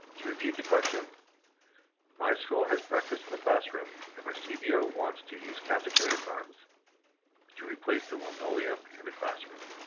to repeat the question my school has breakfast in the classroom and and my cbo wants to use cafeteria funds to replace the linoleum in the classroom.